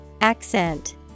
Accent